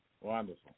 Wonderful